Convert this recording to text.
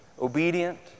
Obedient